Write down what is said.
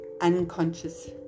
unconscious